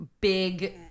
big